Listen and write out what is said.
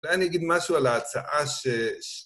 ואני אגיד משהו על ההצעה ש...